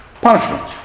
punishment